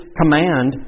command